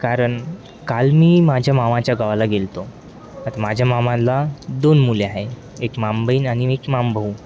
कारण काल मी माझ्या मामाच्या गावाला गेलो होतो आता माझ्या मामाला दोन मुले आहे एक मामेबहीण आणि मी एक मामेभाऊ